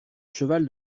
cheval